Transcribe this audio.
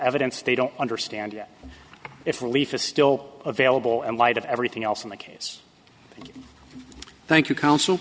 evidence they don't understand yet if relief is still available and light of everything else in the case thank you counsel